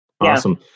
Awesome